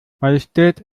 majestät